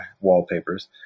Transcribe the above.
wallpapers